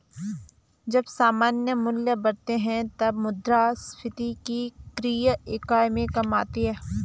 जब सामान्य मूल्य बढ़ते हैं, तब मुद्रास्फीति की क्रय इकाई में कमी आती है